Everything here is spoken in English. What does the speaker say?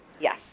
Yes